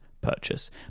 purchase